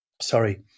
sorry